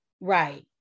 Right